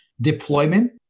Deployment